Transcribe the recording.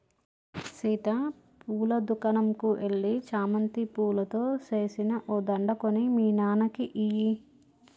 సీత పూల దుకనంకు ఎల్లి చామంతి పూలతో సేసిన ఓ దండ కొని మీ నాన్నకి ఇయ్యి